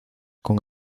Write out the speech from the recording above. con